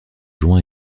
juin